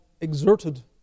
exerted